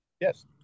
Yes